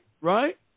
right